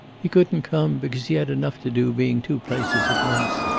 he couldn't come because he had enough to do being two places at once.